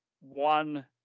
one